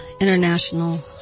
international